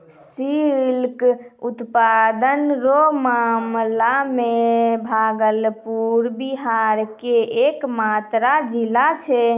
silk उत्पादन रो मामला मे भागलपुर बिहार के एकमात्र जिला छै